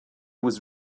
was